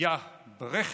"יא, ברעכען",